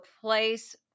place